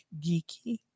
geeky